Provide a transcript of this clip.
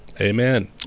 Amen